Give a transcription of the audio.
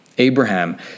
Abraham